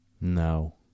no